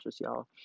y'all